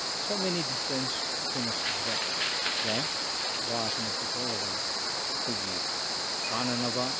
ꯁꯣ many difference ꯑꯩꯈꯣꯏꯅ ꯁꯥꯕ ꯌꯥꯏ ꯋꯥꯁꯤꯅ ꯄꯨꯊꯣꯛꯂꯒ ꯑꯩꯈꯣꯏꯒꯤ ꯀꯥꯟꯅꯅꯕ